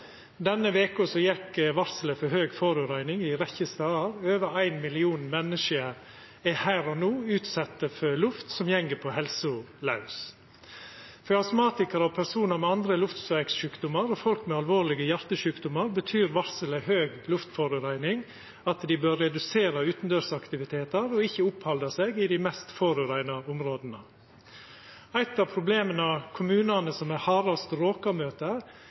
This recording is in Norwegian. Denne veka gjekk varselet om høg forureining ei rekkje stader. Over ein million menneske er her og no utsette for luft som går på helsa laus. For astmatikarar og personar med andre luftvegssjukdomar og folk med alvorlege hjartesjukdomar betyr varselet om høg luftforureining at dei bør redusera utandørsaktivitetar og ikkje opphalda seg i dei mest forureina områda. Eit av problema kommunane som er